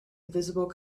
invisible